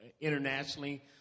internationally